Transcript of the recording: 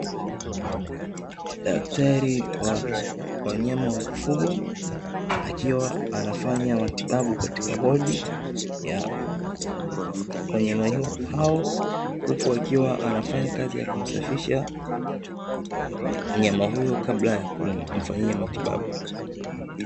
Daktari wa wanyama wa kufugwa, akiwa anafanya matibabu katika wodi ya wanyama hao, huku akiwa anafanya kazi ya kumsafisha mnyama huyo kabla ya kumfanyia matibabu.